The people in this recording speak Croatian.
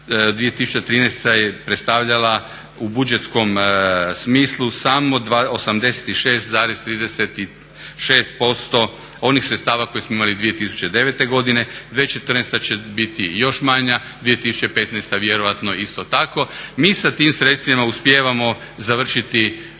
2013. je predstavljala u budžetskom smislu samo 86,36% onih sredstava koje smo imali 2009. godine. 2014. će biti još manja, 2015. vjerojatno isto tako. Mi sa tim sredstvima uspijevamo završiti te